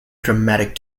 dramatic